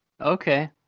okay